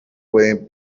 pueden